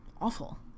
awful